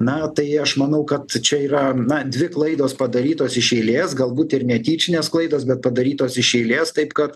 na tai aš manau kad čia yra dvi klaidos padarytos iš eilės galbūt ir netyčinės klaidos bet padarytos iš eilės taip kad